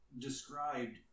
described